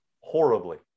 horribly